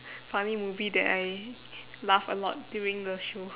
funny movie that I laugh a lot during the show